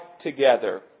together